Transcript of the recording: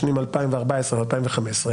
בשנים 2014-2015,